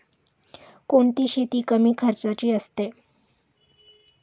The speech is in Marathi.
कोणती शेती कमी खर्चाची असते?